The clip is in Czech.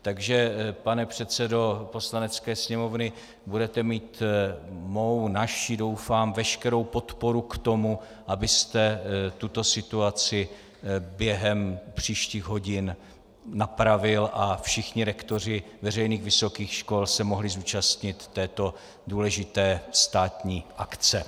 Takže pane předsedo Poslanecké sněmovny, budete mít mou, naši doufám veškerou podporu k tomu, abyste tuto situaci během příštích hodin napravil a všichni rektoři veřejných vysokých škol se mohli zúčastnit této důležité státní akce.